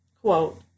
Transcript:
Quote